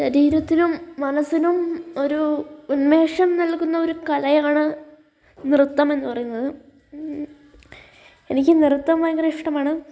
ശരീരത്തിനും മനസിനും ഒരു ഉന്മേഷം നൽകുന്ന ഒരു കലയാണ് നൃത്തം എന്ന് പറയുന്നത് എനിക്ക് നൃത്തം ഭയങ്കര ഇഷ്ടമാണ്